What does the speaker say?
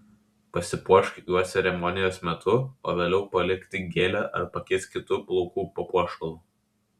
pasipuošk juo ceremonijos metu o vėliau palik tik gėlę ar pakeisk kitu plaukų papuošalu